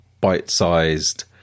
bite-sized